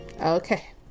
Okay